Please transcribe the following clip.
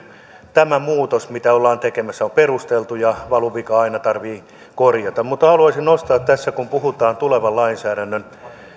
tämä muutos mitä ollaan tekemässä on perusteltu ja valuvika aina tarvitsee korjata mutta haluaisin nostaa tässä kun puhutaan tulevan lainsäädännön